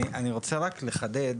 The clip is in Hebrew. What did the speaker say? אני רוצה לחדד,